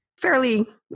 fairly